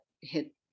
hit